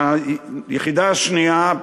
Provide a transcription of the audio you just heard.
היחידה השנייה,